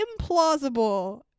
implausible